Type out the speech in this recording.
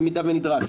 במידה ונדרש".